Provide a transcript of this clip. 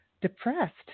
depressed